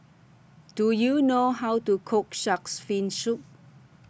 Do YOU know How to Cook Shark's Fin Soup